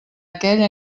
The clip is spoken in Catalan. aquell